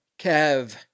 Kev